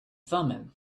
thummim